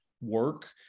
work